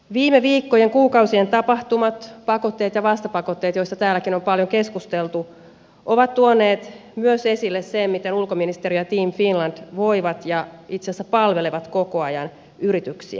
viime viikkojen kuukausien tapahtumat pakotteet ja vastapakotteet joista täälläkin on paljon keskusteltu ovat tuoneet esille myös sen miten ulkoministeriö ja team finland voivat palvella ja itse asiassa palvelevat koko ajan yrityksiä